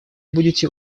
будете